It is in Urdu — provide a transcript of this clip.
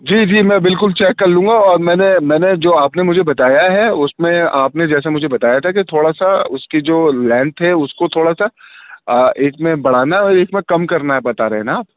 جی جی میں بالکل چیک کر لوں گا اور میں نے میں نے جو آپ نے مجھے بتایا ہے اُس میں آپ نے جیسا مجھے بتایا تھا کہ تھوڑا سا اُس کی جو لینتھ ہے اُس کو تھوڑا سا ایک میں بڑھانا ہے اور ایک میں کم کرنا ہے بتا رہے نا آپ